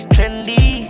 Trendy